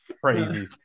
Crazy